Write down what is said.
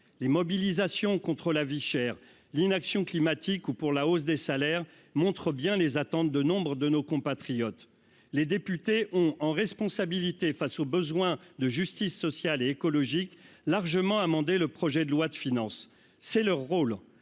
les mobilisations contre la vie chère et l'inaction climatique ou pour la hausse des salaires, montre bien les attentes de nombres de nos compatriotes, les députés ont en responsabilité face au besoin de justice sociale et écologique largement amendé le projet de loi de finances, c'est le rôle